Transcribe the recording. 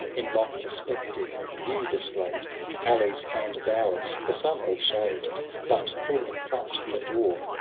in long perspective view display alleys and bowers, for sun or shade but, full in front, a door,